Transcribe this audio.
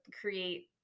create